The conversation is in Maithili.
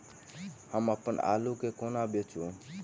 हम अप्पन आलु केँ कोना बेचू?